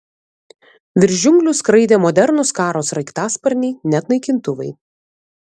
virš džiunglių skraidė modernūs karo sraigtasparniai net naikintuvai